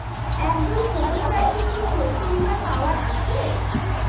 একজন ছোট চাষি কি শস্যবিমার পাওয়ার আছে?